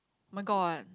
my god